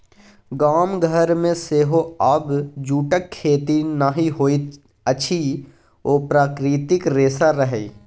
गाम घरमे सेहो आब जूटक खेती नहि होइत अछि ओ प्राकृतिक रेशा रहय